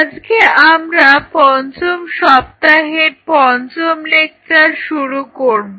আজকে আমরা পঞ্চম সপ্তাহের পঞ্চম লেকচার শুরু করব